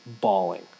bawling